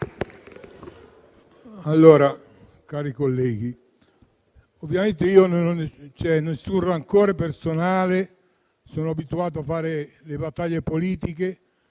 cari colleghi, ovviamente non ho nessun rancore personale. Sono abituato a fare le battaglie politiche